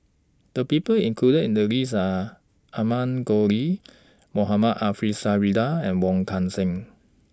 The People included in The list Are Amanda Koe Lee Mohamed Ariff Suradi and Wong Kan Seng